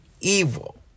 evil